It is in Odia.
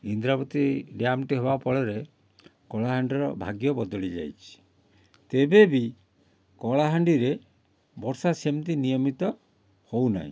ଇନ୍ଦିରାବତୀ ଡ୍ୟାମଟି ହେବା ଫଳରେ କଳାହାଣ୍ଡିର ଭାଗ୍ୟ ବଦଳି ଯାଇଛି ତେବେ ବି କଳାହାଣ୍ଡିରେ ବର୍ଷା ସେମିତି ନିୟମିତ ହେଉନାହିଁ